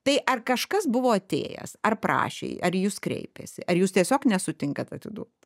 tai ar kažkas buvo atėjęs ar prašė ar į jūs kreipėsi ar jūs tiesiog nesutinkat atiduot